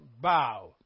bow